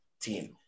team